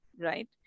Right